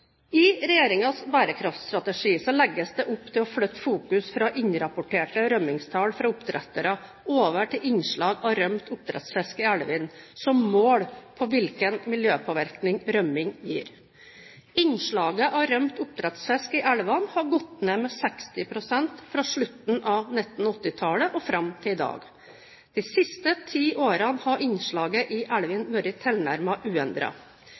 legges det opp til å flytte fokus fra innrapporterte rømmingstall fra oppdrettere over til innslag av rømt oppdrettsfisk i elvene som mål på hvilken miljøpåvirkning rømming gir. Innslaget av rømt oppdrettsfisk i elvene har gått ned med 60 pst. fra slutten av 1980-tallet og fram til i dag. De siste ti årene har innslaget i